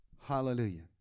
hallelujah